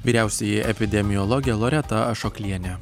vyriausioji epidemiologė loreta ašoklienė